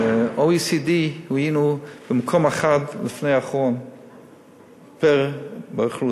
ב-OECD היינו מקום אחד לפני אחרון פר-אוכלוסייה.